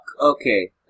Okay